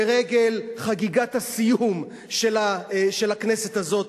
לרגל חגיגת הסיום של הכנסת הזאת,